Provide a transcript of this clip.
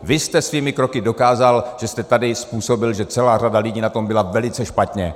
Vy jste svými kroky dokázal, že jste tady způsobil, že celá řada lidí na tom byla velice špatně.